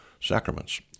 sacraments